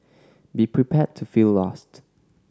be prepared to feel lost